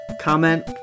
comment